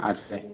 अच्छा